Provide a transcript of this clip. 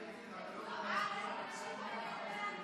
זה מה שרציתי להגיד לך.